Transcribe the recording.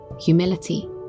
humility